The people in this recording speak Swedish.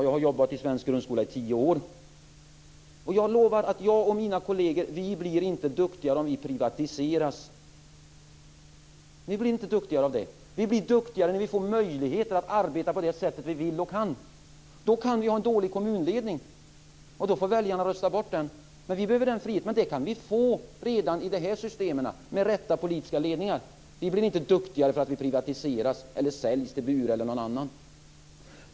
Jag har jobbat i svensk grundskola i tio år, och jag lovar att jag och mina kolleger inte blir duktigare om vi privatiseras. Vi blir duktigare när vi får möjligheter att arbeta på det sätt vi vill och kan. Det kan ju vara en dålig kommunledning. I så fall får väljarna rösta bort den. Vi behöver den friheten, och det kan vi få redan i det här systemet med rätt politisk ledning. Vi blir inte duktigare för att vi privatiseras eller säljs till Bure eller någon annan.